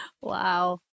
Wow